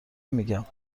میگم